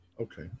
Okay